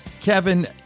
Kevin